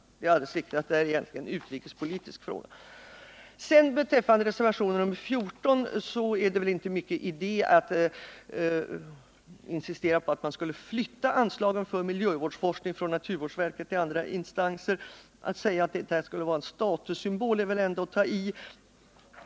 Men det är alldeles riktigt, att detta egentligen är en utrikespolitisk fråga. Beträffande reservationen 14 vill jag säga att det inte är stor idé att insistera på att anslagen för miljövårdsforskning skulle flyttas från naturvårdsverket till andra instanser. Att tala om statussymbol i detta sammanhang är väl ändå att ta i.